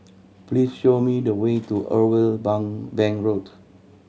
please show me the way to Irwell Bank Road